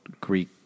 Greek